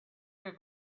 que